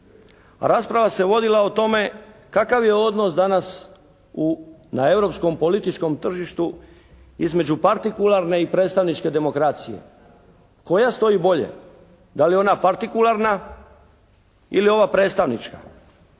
A rasprava se vodila o tome kakav je odnos danas na europskom, političkom tržištu između partikularne i predstavničke demokracije. Koja stoji bolje? Da li ona partikularna ili ova predstavnička?